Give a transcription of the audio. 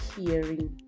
hearing